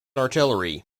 artillery